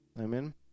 Amen